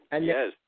Yes